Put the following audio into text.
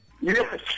Yes